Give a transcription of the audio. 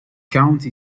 county